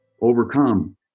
Overcome